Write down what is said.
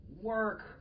work